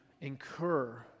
incur